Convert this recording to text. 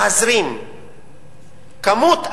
להזרים כמות אדירה,